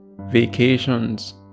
vacations